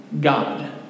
God